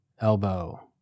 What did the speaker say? elbow